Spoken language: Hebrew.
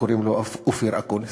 קוראים לו אופיר אקוניס.